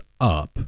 up